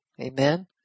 Amen